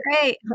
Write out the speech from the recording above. Great